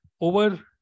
over